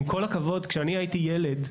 עם כל הכבוד, כשאני הייתי ילד,